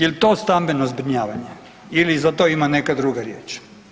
Jel to stambeno zbrinjavanje ili za to ima neka druga riječ?